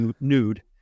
nude